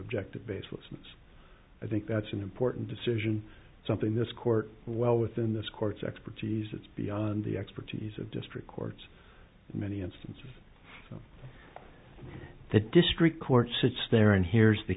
objective basis and i think that's an important decision something this court well within this court's expertise is beyond the expertise of district courts in many instances the district court sits there and hears the